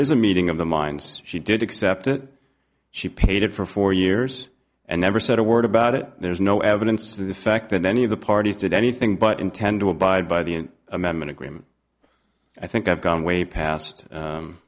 is a meeting of the minds she did accept it she paid it for four years and never said a word about it there's no evidence that the fact that many of the parties did anything but intend to abide by the an amendment agreement i think i've gone way past